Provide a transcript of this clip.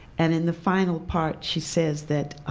and in the final part she says that